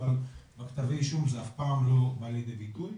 אבל בכתבי האישום זה אף פעם לא בא לידי ביטוי.